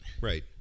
right